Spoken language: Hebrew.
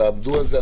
תעמדו על זה,